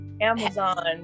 Amazon